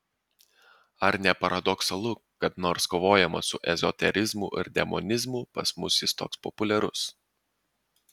ar ne paradoksalu kad nors kovojama su ezoterizmu ir demonizmu pas mus jis toks populiarus